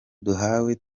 duhawe